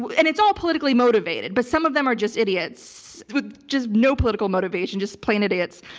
and it's all politically motivated, but some of them are just idiots with just no political motivation, just plain idiots.